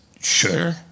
sure